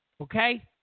Okay